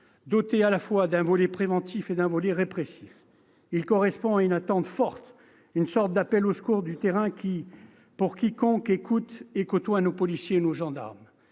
doté à la fois d'un volet préventif et d'un volet répressif. Il répond à une attente forte, à une sorte d'appel au secours du terrain pour quiconque écoute et côtoie nos policiers et nos gendarmes.